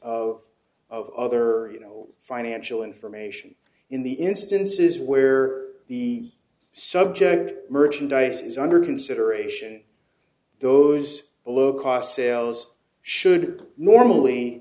of other you know financial information in the instances where the subject merchandise is under consideration those below cost sales should normally